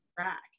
track